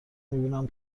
میبینم